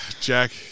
Jack